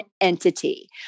entity